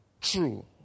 true